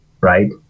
right